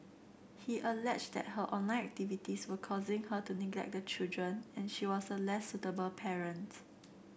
he alleged that her online activities were causing her to neglect the children and she was a less suitable parent